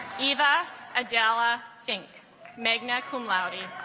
eva adela fink magna cum laude